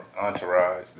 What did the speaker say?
entourage